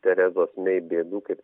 terezos mei bėdų kaip